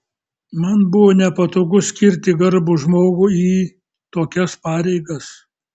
man buvo nepatogu skirti garbų žmogų į tokias pareigas